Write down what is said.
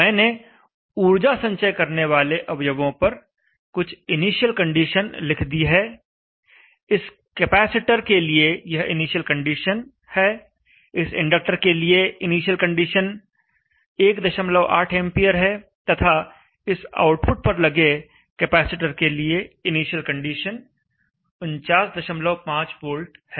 मैंने ऊर्जा संचय करने वाले अवयवों पर कुछ इनिशियल कंडीशन लिख दी हैं इस कैपेसिटर के लिए यह इनिशियल कंडीशन है इस इंडक्टर के लिए इनिशियल कंडीशन 18 एंपियर है तथा इस आउटपुट पर लगे कैपेसिटर के लिए इनिशियल कंडीशन 495 वोल्ट है